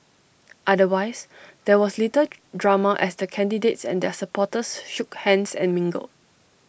otherwise there was little drama as the candidates and their supporters shook hands and mingled